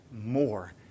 more